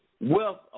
Wealth